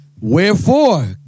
Wherefore